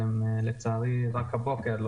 אבל רק הבוקר,